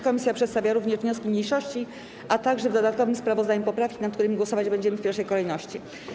Komisja przedstawia również wnioski mniejszości, a także w dodatkowym sprawozdaniu poprawki, nad którymi głosować będziemy w pierwszej kolejności.